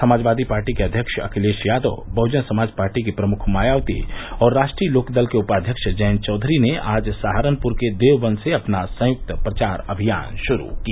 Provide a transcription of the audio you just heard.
समाजवादी पार्टी के अध्यक्ष अखिलेश यादव बहुजन समाज पार्टी की प्रमुख मायावती और राष्ट्रीय लोकदल के उपाध्यक्ष जयंत चौधरी ने आज सहारनपुर के देवबंद से अपना संयुक्त प्रचार अभियान शुरू किया